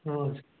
हजुर